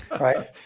right